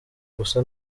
gusa